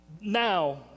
Now